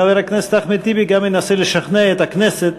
חבר הכנסת טיבי גם ינסה לשכנע את הכנסת